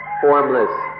formless